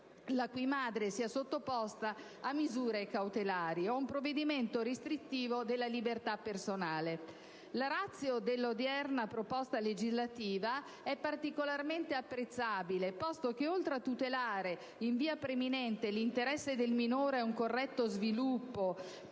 la cui madre sia sottoposta a misure cautelari o a un provvedimento restrittivo della libertà personale. La *ratio* dell'odierna proposta legislativa è particolarmente apprezzabile, posto che, oltre a tutelare in via preminente l'interesse del minore ad un corretto sviluppo